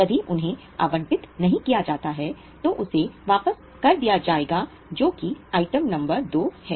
यदि उन्हें आवंटित नहीं किया जाता है तो उसे वापस कर दिया जाएगा जो कि आइटम नंबर 2 है